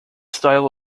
style